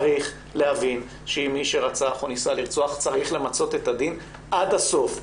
צריך להבין שעם מי שרצח או ניסה לרצוח צריך למצות את הדין עד הסוף,